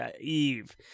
Eve